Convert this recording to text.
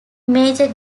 major